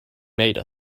made